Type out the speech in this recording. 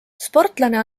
sportlane